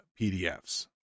PDFs